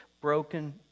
broken